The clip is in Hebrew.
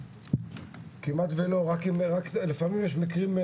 כמעט ולא, רק לפעמים יש מקרים.